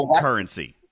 currency